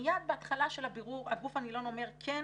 ומיד בהתחלה של הבירור הגוף הנלון אומר, כן,